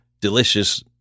delicious